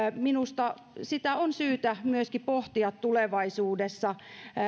minusta työttömyyskassojen roolia palveluiden tarjoamisessa on syytä myöskin pohtia tulevaisuudessa